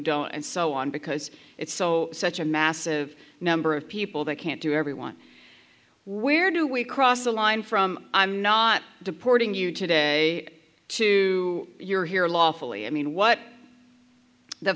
don't and so on because it's so such a massive number of people they can't do everyone where do we cross the line from i'm not deporting you today to you're here lawfully i mean what the